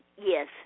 Yes